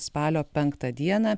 spalio penktą dieną